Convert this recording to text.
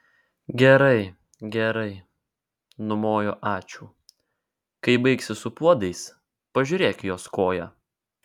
gerai gerai numojo ačiū kai baigsi su puodais pažiūrėk jos koją